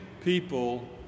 people